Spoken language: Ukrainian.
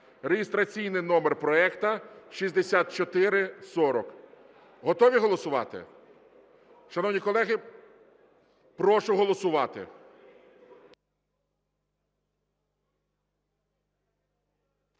(реєстраційний номер проекту 6440). Готові голосувати? Шановні колеги, прошу голосувати.